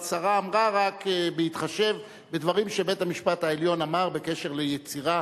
השרה אמרה רק בהתחשב בדברים שבית-המשפט העליון אמר בקשר ליצירה,